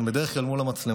הן בדרך כלל מול המצלמות.